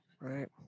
Right